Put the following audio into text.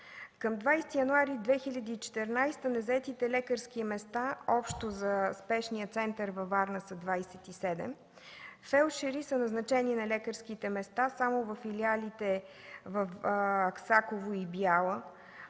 Към 20 януари 2014 г. незаетите лекарски места общо за Спешния център във Варна са 27, фелдшери са назначени на лекарските места само във филиалите в Аксаково и Бяла.